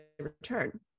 return